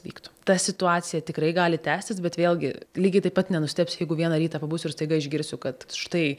vyktų ta situacija tikrai gali tęstis bet vėlgi lygiai taip pat nenustebsiu jeigu vieną rytą pabusiu ir staiga išgirsiu kad štai